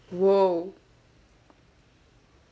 !wow!